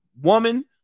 woman